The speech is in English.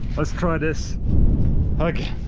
let's try this again